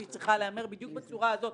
והיא צריכה להיאמר בדיוק בצורה הזאת,